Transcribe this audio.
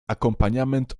akompaniament